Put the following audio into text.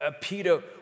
Peter